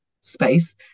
space